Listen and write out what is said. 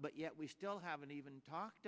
but yet we still haven't even talked